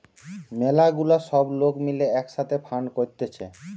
ম্যালা গুলা সব লোক মিলে এক সাথে ফান্ড করতিছে